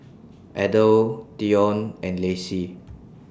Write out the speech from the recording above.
Adell Dionne and Lacy